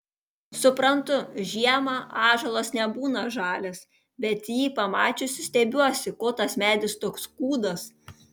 suprantu žiemą ąžuolas nebūna žalias bet jį pamačiusi stebiuosi ko tas medis toks kūdas